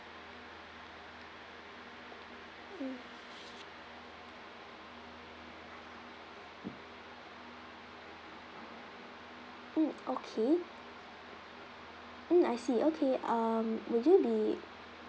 mm okay mm I see okay um would you be